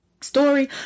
story